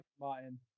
Martin